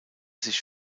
sich